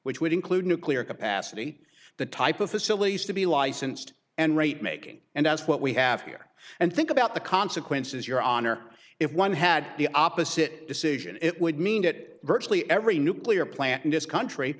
which would include nuclear capacity the type of facilities to be licensed and rate making and that's what we have here and think about the consequences your honor if one had the opposite decision it would mean that virtually every nuclear plant in this country